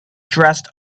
dressed